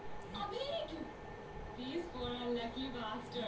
Credit card के statement कइसे check होला?